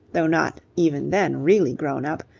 though not even then really grown-up,